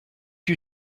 you